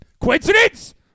Coincidence